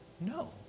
no